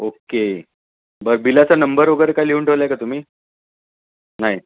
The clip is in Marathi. ओक्के बरं बिलाचा नंबर वगैरे काय लिहून ठेवला आहे का तुम्ही नाही